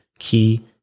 key